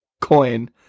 coin